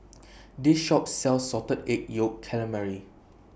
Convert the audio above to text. This Shop sells Salted Egg Yolk Calamari